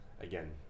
again